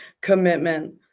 commitment